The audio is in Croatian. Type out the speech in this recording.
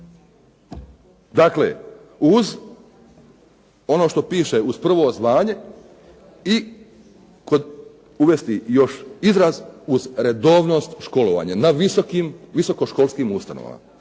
Dakle, uz ono što piše za prvo zvanje i uvesti još izraz uz redovnost školovanja, na visokoškolskim ustanovama,